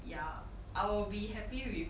yeah I'll be happy with